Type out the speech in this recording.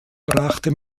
brachte